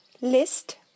List